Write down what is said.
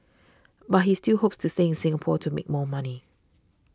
but he still hopes to stay in Singapore to make more money